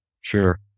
Sure